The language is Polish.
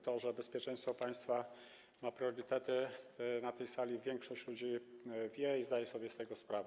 To, że bezpieczeństwo państwa ma priorytety, na tej sali większość ludzi wie i zdaje sobie z tego sprawę.